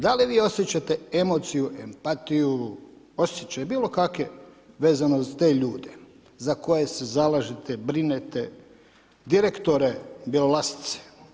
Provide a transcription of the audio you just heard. Da li vi osjećate emociju empatiju, osjećaj bilo kakav vezano za te ljude za koje se zalažete, brinete direktore Bjelolasice?